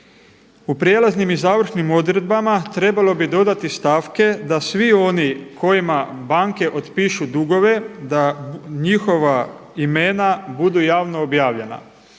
u prijelaznim i završnim odredbama trebalo bi dodati stavke da svi oni kojima banke otpišu dugove da njihova imena budu javno objavljena,